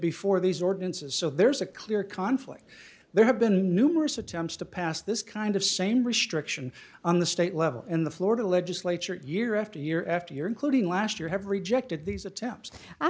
before these ordinances so there's a clear conflict there have been numerous attempts to pass this kind of same restriction on the state level in the florida legislature year after year after year including last year have rejected these attempts i